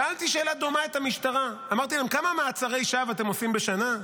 שאלתי שאלה דומה את המשטרה: כמה מעצרי שווא אתם עושים בשנה?